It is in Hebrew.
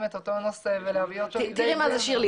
את אותו נושא ולהביא אותו --- שירלי,